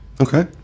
Okay